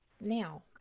now